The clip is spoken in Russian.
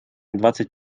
двадцать